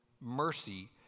Mercy